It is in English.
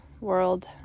world